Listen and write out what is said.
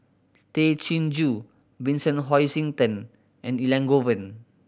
Tay Chin Joo Vincent Hoisington and Elangovan